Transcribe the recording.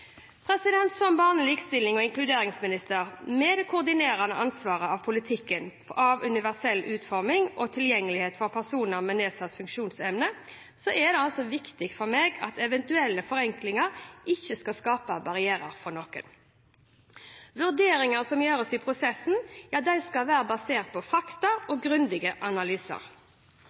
Som barne-, likestillings- og inkluderingsminister med det koordinerende ansvaret for politikken for universell utforming og tilgjengelighet for personer med nedsatt funksjonsevne er det viktig for meg at eventuelle forenklinger ikke skaper barrierer for noen. Vurderingene som gjøres i prosessen, skal være basert på fakta og grundige analyser.